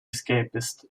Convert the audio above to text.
escapist